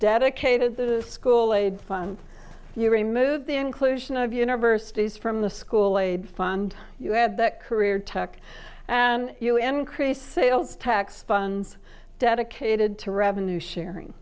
dedicated to the school they fund you remove the inclusion of universities from the school laid fund you had that career took and you increased sales tax funds dedicated to revenue sharing